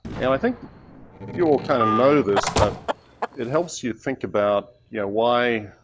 and i think you all kind of know this, but it helps you think about yeah why